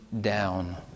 Down